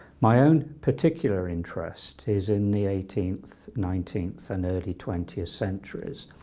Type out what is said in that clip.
my own particular interest is in the eighteenth, nineteenth and early twentieth centuries,